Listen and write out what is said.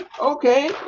Okay